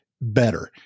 better